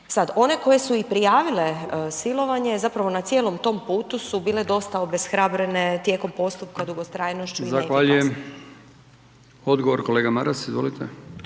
Sad one koje su i prijavile silovanje zapravo na cijelom tom putu su bile dosta obeshrabrene tijekom postupka, dugotrajnošću …/Upadica: